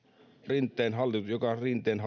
hallitusohjelman joka rinteen